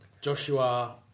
Joshua